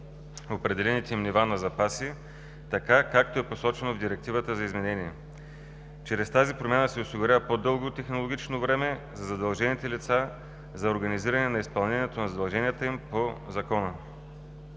определените им нива на запаси така, както е посочено в Директивата за изменение; чрез тази промяна се осигурява по-дълго технологично време за задължените лица за организиране на изпълнението на задълженията им по Закона